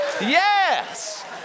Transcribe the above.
yes